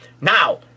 now